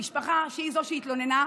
המשפחה היא שהתלוננה,